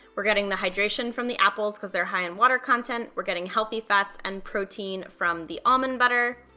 we're getting the hydration from the apples cause they're high in water content. we're getting healthy fats and protein from the almond butter,